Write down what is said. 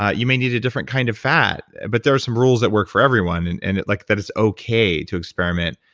ah you may need a different kind of fat, but there are some rules that work for everyone, and and like that it's okay to experiment.